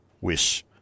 Wish